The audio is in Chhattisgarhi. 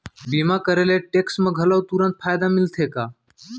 बीमा करे से टेक्स मा घलव तुरंत फायदा मिलथे का?